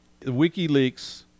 WikiLeaks